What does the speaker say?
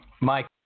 Mike